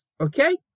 Okay